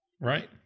Right